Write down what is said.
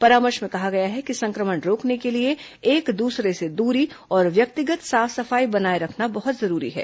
परामर्श में कहा गया है कि संक्रमण रोकने के लिए एक दूसरे से दूरी और व्यक्तिगत साफ सफाई बनाए रखना बहुत जरूरी है